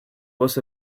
was